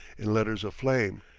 in letters of flame.